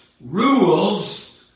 rules